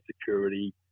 security